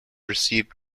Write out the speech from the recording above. received